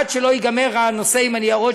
עד שלא ייגמר הנושא של הניירות,